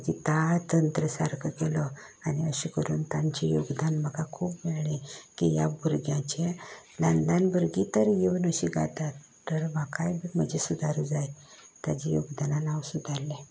म्हजो ताळतंत्र सारको केलो आनी अशे करून तांचें योगदान म्हाका खूब मेळ्ळें की ह्या भुरग्यांचें ल्हान ल्हान भुरगीं तर येवन अशीं गायतात तर म्हाकाय बी म्हजें सुदारूंक जाय ताज्या योगदानांत हांव सुदारलें